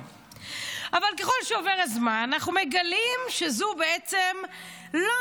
אבל ככל שעובר הזמן אנחנו מגלים שזאת בעצם לא